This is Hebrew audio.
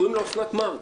קוראים לה אוסנת מארק.